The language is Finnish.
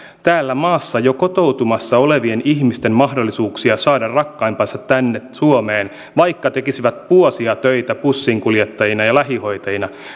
täällä maassa jo kotoutumassa olevilta ihmisiltä viedään mahdollisuuksia saada rakkaimpansa tänne suomeen vaikka tekisivät vuosia töitä bussinkuljettajina ja ja lähihoitajina